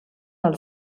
del